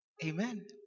Amen